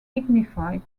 dignified